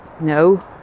No